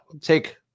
Take